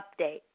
update